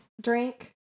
drink